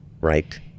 right